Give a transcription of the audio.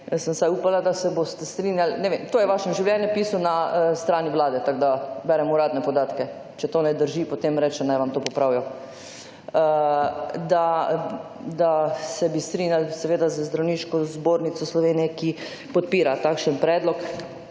sem upala, da se boste strinjali, ne vem, to je v vašem življenjepisu na strani vlade, tako da berem uradne podatke. Če to ne drži, potem recite, naj vam to popravijo. Da se bi strinjali seveda z Zdravniško zbornico Slovenije, ki podpira takšen predlog,